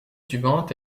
suivantes